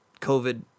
COVID